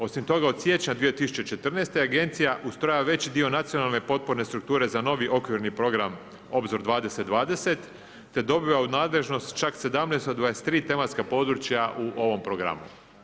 Osim toga od siječnja 2014. agencija ustrojava veći dio nacionalne potpore strukture za novi okvirni program Obzor 2020 te dobiva u nadležnost čak 17 od 23 tematska područja u ovom programu.